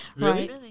Right